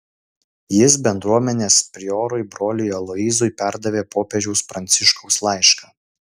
jis bendruomenės priorui broliui aloyzui perdavė popiežiaus pranciškaus laišką